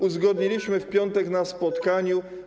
Uzgodniliśmy to w piątek na spotkaniu.